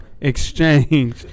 exchange